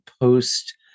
post